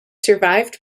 survived